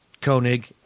Koenig